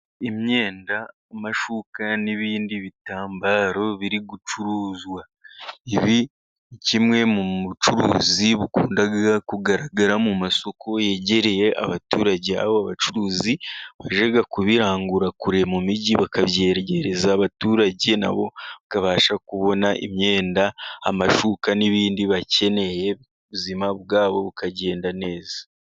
Imyenda, amashuka n'ibindi bitambaro biri gucuruzwa. Ibi ni kimwe mu bucuruzi bukunda kugaragara mu masoko yegereye abaturage aho bacuruzi bajya kubirangura kure mu mijyi bakabyegereza abaturage na bo bakabasha kubona imyenda, amashuka n'ibindi bakeneye. Ubuzima bwabo bukagenda neza.